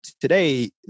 today